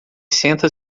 senta